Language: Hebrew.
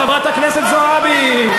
חברת הכנסת זועבי,